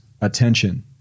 attention